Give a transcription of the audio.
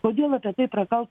kodėl apie tai prakal